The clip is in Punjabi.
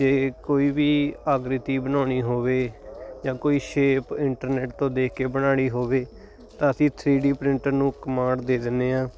ਜੇ ਕੋਈ ਵੀ ਆਕ੍ਰਿਤੀ ਬਣਾਉਣੀ ਹੋਵੇ ਜਾਂ ਕੋਈ ਸ਼ੇਪ ਇੰਟਰਨੈਟ ਤੋਂ ਦੇਖ ਕੇ ਬਣਾਉਣੀ ਹੋਵੇ ਤਾਂ ਅਸੀਂ ਥਰੀ ਡੀ ਪ੍ਰਿੰਟਰ ਨੂੰ ਕਮਾਂਡ ਦੇ ਦਿੰਨੇ ਆਂ